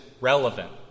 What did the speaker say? relevant